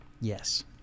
Yes